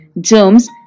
germs